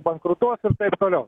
bankrutuos ir taip toliau